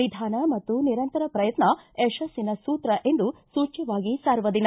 ನಿಧಾನ ಮತ್ತು ನಿರಂತರ ಶ್ರಯತ್ನ ಯಶಸ್ಸಿನ ಸೂತ್ರ ಎಂದು ಸೂಚ್ಚವಾಗಿ ಸಾರುವ ದಿನ